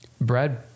Brad